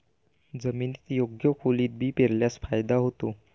जमिनीत योग्य खोलीत बी पेरल्यास फायदा होतो